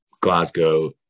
glasgow